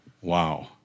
Wow